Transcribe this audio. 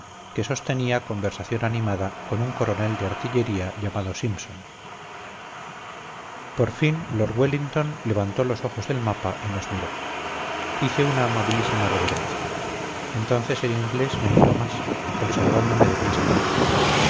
que sostenía conversación animada con un coronel de artillería llamado simpson por fin lord wellington levantó los ojos del mapa y nos miró hice una amabilísima reverencia entonces el inglés me miró más observándome de pies a cabeza